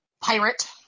Pirate